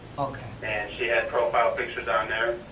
okay. and she had profile pictures on there